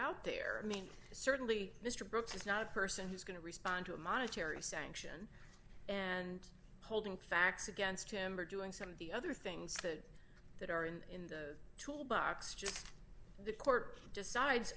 out there i mean certainly mr brooks is not a person who is going to respond to a monetary of sanction and holding facts against him or doing some of the other things that that are and in the tool box just the court decides